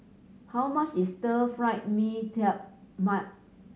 how much is Stir Fry Mee Tai Mak